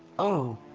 oh!